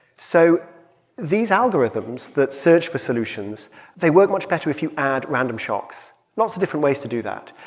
so these algorithms that search for solutions they work much better if you add random shocks lots of different ways to do that.